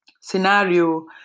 scenario